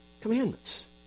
Commandments